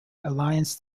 alliance